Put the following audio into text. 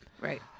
Right